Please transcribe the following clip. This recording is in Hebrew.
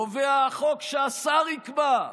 קובע החוק שהשר יקבע,